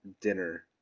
dinner